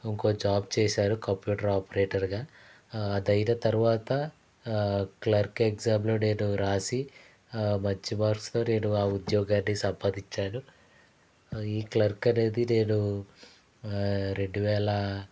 ఇంకో జాబు చేశాను computer operator గా అది అయిన తర్వాత క్లర్క్ ఎగ్జాము లో నేను రాసి మంచి మార్క్స్ తో నేను ఆ ఉద్యోగాన్ని సంపాదించాను ఈ క్లర్కు అనేది నేను రెండువేల